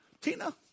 Tina